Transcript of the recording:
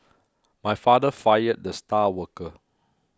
my father fired the star worker